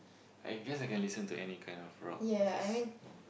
I guess I can listen to any kind of rock because